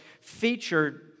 featured